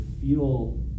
feel